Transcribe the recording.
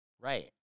Right